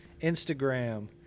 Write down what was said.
Instagram